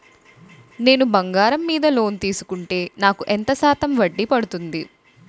నేను బంగారం మీద లోన్ తీసుకుంటే నాకు ఎంత శాతం వడ్డీ పడుతుంది?